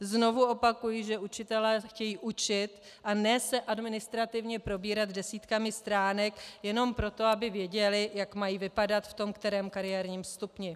Znovu opakuji, že učitelé chtějí učit, a ne se administrativně probírat desítkami stránek jenom proto, aby věděli, jak mají vypadat v tom kterém kariérním stupni.